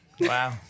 Wow